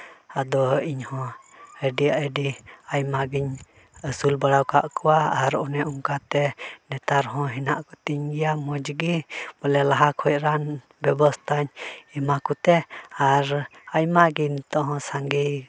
ᱟᱫᱚ ᱤᱧ ᱦᱚᱸ ᱟᱹᱰᱤ ᱟᱹᱰᱤ ᱟᱭᱢᱟᱜᱤᱧ ᱟᱹᱥᱩᱞ ᱵᱟᱲᱟ ᱟᱠᱟᱫ ᱠᱚᱣᱟ ᱟᱨ ᱚᱱᱮ ᱚᱱᱠᱟ ᱛᱮ ᱱᱮᱛᱟᱨ ᱦᱚᱸ ᱦᱮᱱᱟᱜ ᱠᱚᱛᱤᱧ ᱜᱮᱭᱟ ᱢᱚᱡᱽ ᱜᱮ ᱵᱚᱞᱮ ᱞᱟᱦᱟ ᱠᱷᱚᱱ ᱨᱟᱱ ᱵᱮᱵᱚᱥᱛᱷᱟᱧ ᱮᱢᱟ ᱠᱚᱛᱮ ᱟᱨ ᱟᱭᱢᱟ ᱜᱮ ᱱᱤᱛᱚᱜ ᱦᱚᱸ ᱥᱟᱸᱜᱮ